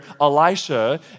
Elisha